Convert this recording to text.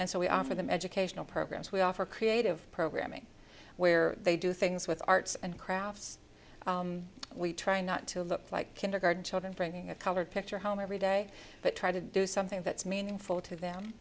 and so we offer them educational programs we offer creative programming where they do things with arts and crafts we try not to look like kindergarten children bringing a colored picture home every day but try to do something that's meaningful to them